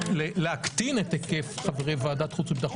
להקטין את היקף חברי ועדת החוץ וביטחון,